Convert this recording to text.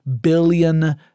billion